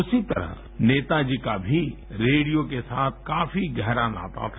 उसी तरह नेताजी का भी रेडियो के साथ काफी गहरा नाता था